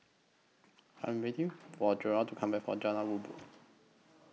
I Am waiting For Jerod to Come Back from Jalan Rabu